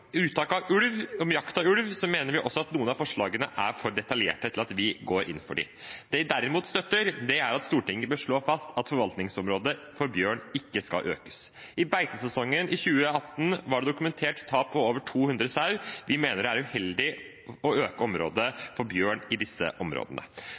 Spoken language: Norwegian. jakt på bjørn, mener vi også at noen av forslagene er for detaljerte til at vi kan gå inn for dem. Det vi derimot støtter, er at Stortinget bør slå fast at forvaltningsområdet for bjørn ikke skal økes. I beitesesongen i 2018 var det dokumentert tap av over 200 sau. Vi mener det er uheldig å øke